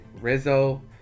Rizzo